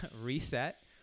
reset